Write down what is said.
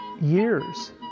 years